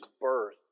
birth